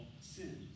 sin